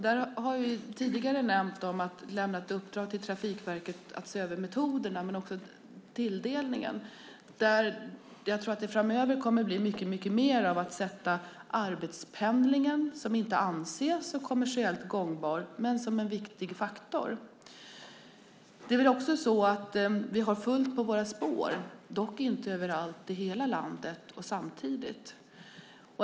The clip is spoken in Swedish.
Där har vi tidigare nämnt att vi ska lämna ett uppdrag till Trafikverket att se över metoderna och tilldelningen. Jag tror att det framöver kommer att bli mycket mer av att sätta arbetspendlingen, som inte anses som kommersiellt gångbar, som en viktig faktor. Det är väl också så att vi har fullt på våra spår. Det gäller dock inte överallt i hela landet och samtidigt.